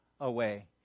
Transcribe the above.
away